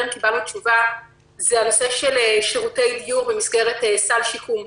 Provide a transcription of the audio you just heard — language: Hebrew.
קיבלנו תשובה הוא שירותי דיור במסגרת סל שיקום.